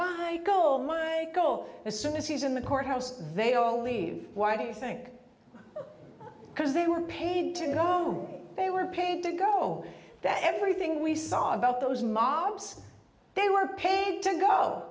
my goal my goal as soon as he's in the courthouse they all leave why do you think because they were paid to know me they were paid to go that everything we saw about those mobs they were paid to